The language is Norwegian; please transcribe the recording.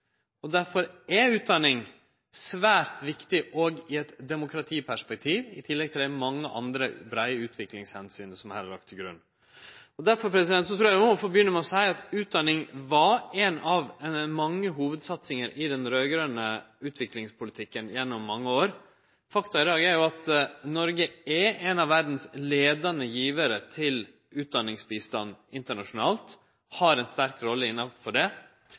Derfor er utdanning svært viktig òg i eit demokratiperspektiv, i tillegg til dei mange andre breie omsyna til utvikling som her er lagde til grunn. Derfor må eg få begynne med å seie at utdanning var ei av mange hovudsatsingar i den raud-grøne utviklingspolitikken gjennom mange år. Fakta i dag er jo at Noreg er ein av verdas leiande givarar til utdanningsbistand internasjonalt. Vi har ei sterk rolle innanfor det.